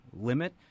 limit